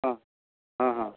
ହଁ ହଁ ହଁ